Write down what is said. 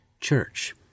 Church